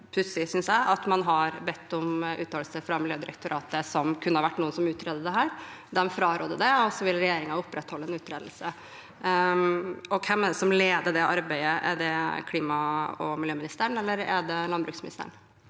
pussig, synes jeg, at man har bedt om uttalelse fra Miljødirektoratet, som kunne ha vært de som utredet dette. De frarådet det, og så vil regjeringen opprettholde en utredelse om bestandsmålene. Og hvem leder det arbeidet? Er det klima- og miljøministeren eller er det landbruksministeren?